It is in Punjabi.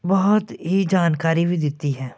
ਬਹੁਤ ਹੀ ਜਾਣਕਾਰੀ ਵੀ ਦਿੱਤੀ ਹੈ